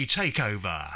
takeover